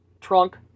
trunk